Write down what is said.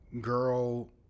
girl